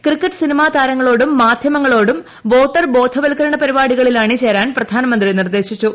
cricket cinema താരങ്ങളോടും മാധ്യമങ്ങളോടും voter ബോധവൽക്കരണ പരിപാടികളിൽ അണിചേരാൻ പ്രധാനമന്ത്രി നിർദ്ദേശിച്ചു